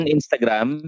Instagram